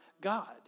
God